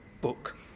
book